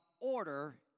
order